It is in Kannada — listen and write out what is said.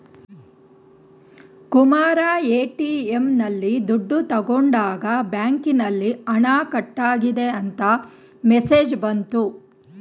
ಕುಮಾರ ಎ.ಟಿ.ಎಂ ನಲ್ಲಿ ದುಡ್ಡು ತಗೊಂಡಾಗ ಬ್ಯಾಂಕಿನಲ್ಲಿ ಹಣ ಕಟ್ಟಾಗಿದೆ ಅಂತ ಮೆಸೇಜ್ ಬಂತು